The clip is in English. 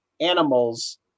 animals